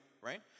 right